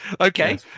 Okay